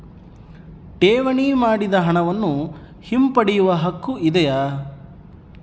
ಠೇವಣಿ ಮಾಡಿದ ಹಣವನ್ನು ಹಿಂಪಡೆಯವ ಹಕ್ಕು ಇದೆಯಾ?